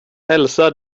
hälsa